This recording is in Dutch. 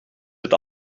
het